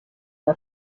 der